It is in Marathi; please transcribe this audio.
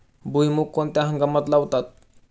भुईमूग कोणत्या हंगामात लावतात?